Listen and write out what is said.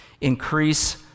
increase